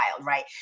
right